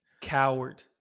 Coward